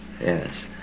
Yes